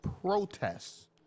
protests